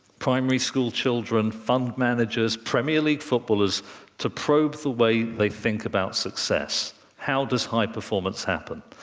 primary school children, fund managers, premier league footballers to probe the way they think about success how does high performance happen?